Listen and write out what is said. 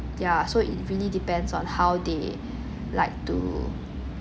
ya so it really depends on how they like to